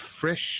Fresh